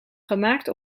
gemaakt